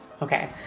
Okay